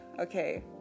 okay